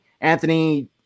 Anthony